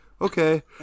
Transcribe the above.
okay